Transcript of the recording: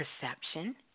perception